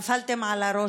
נפלתם על הראש?